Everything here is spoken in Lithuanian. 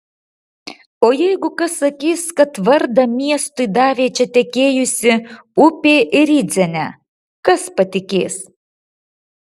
o jeigu kas sakys kad vardą miestui davė čia tekėjusi upė rydzene kas patikės